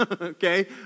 okay